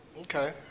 Okay